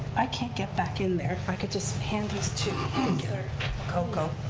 i can't get back in there. if i could just hand these to lococo.